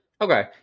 Okay